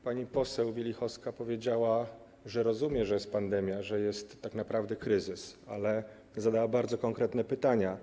Pani poseł Wielichowska powiedziała, że rozumie, że jest pandemia, że tak naprawdę jest kryzys, ale zadała bardzo konkretne pytania.